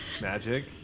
Magic